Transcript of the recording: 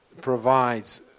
provides